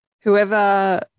Whoever